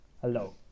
hello